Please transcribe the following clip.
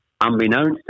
unbeknownst